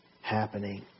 happening